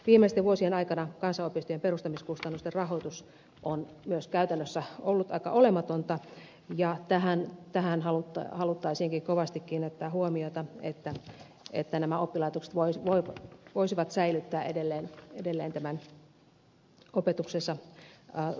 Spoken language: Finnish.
viimeisten vuosien aikana kansanopistojen perustamiskustannusten rahoitus on myös käytännössä ollut aika olematonta ja tähän haluttaisiinkin kovasti kiinnittää huomiota että nämä oppilaitokset voisivat säilyttää edelleen tämän opetuksensa tunnuspiirteet